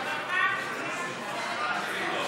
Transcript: מישהו יודע להסביר לי?